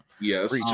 Yes